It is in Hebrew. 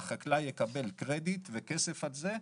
והחקלאי יקבל קרדיט וכסף על זה,